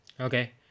Okay